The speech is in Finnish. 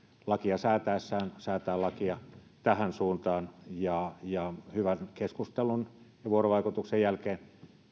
lakia säätäessään säätää lakia tähän suuntaan hyvän keskustelun ja vuorovaikutuksen jälkeen